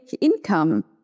income